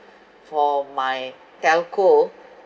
for my telco